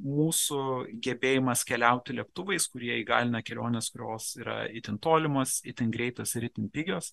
mūsų gebėjimas keliauti lėktuvais kurie įgalina keliones kurios yra itin tolimos itin greitos ir itin pigios